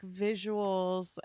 visuals